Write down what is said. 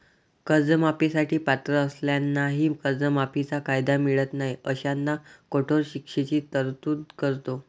कर्जमाफी साठी पात्र असलेल्यांनाही कर्जमाफीचा कायदा मिळत नाही अशांना कठोर शिक्षेची तरतूद करतो